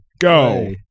go